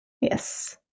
yes